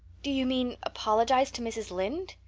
do you mean apologize to mrs. lynde?